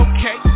Okay